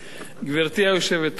גברתי היושבת-ראש,